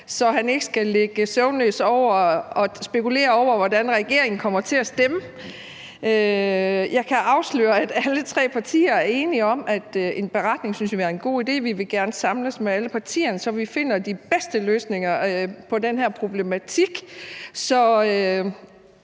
så han ikke skal ligge søvnløs og spekulere over, hvordan regeringen kommer til at stemme. Jeg kan afsløre, at alle tre partier er enige om, at en beretning synes vi vil være en god idé. Vi vil gerne samles med alle partierne, så vi finder de bedste løsninger på den her problematik.